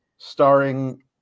Starring